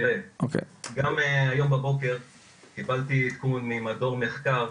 גם היום בבוקר קיבלתי עדכון ממדור מחקר,